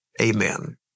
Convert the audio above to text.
Amen